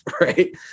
right